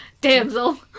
damsel